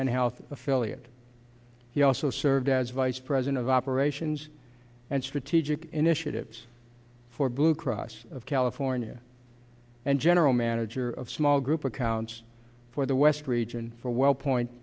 health affiliate he also served as vice president of operations and strategic initiatives for blue cross of california and general manager of small group accounts for the west region for wellpoint